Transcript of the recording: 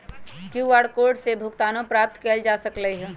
QR code से भुगतानो प्राप्त कएल जा सकल ह